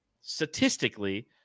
statistically